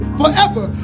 forever